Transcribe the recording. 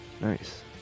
nice